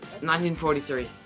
1943